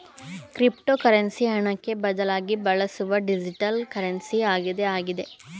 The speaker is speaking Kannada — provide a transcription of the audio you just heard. ಕ್ರಿಪ್ಟೋಕರೆನ್ಸಿ ಹಣಕ್ಕೆ ಬದಲಾಗಿ ಬಳಸುವ ಡಿಜಿಟಲ್ ಕರೆನ್ಸಿ ಆಗಿದೆ ಆಗಿದೆ